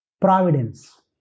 Providence